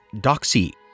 doxy